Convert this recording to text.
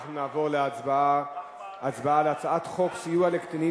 אנחנו נעבור להצבעה על הצעת חוק סיוע לקטינים